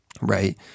right